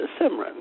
Simran